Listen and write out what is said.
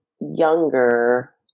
younger